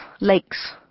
lakes